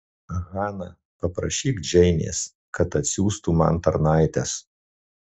hana paprašyk džeinės kad atsiųstų man tarnaites